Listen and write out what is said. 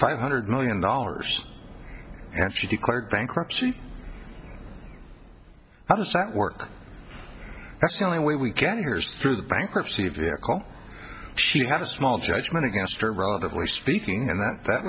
five hundred million dollars and she declared bankruptcy how does that work that's the only way we can here's through bankruptcy a vehicle she had a small judgment against her relatively speaking and that that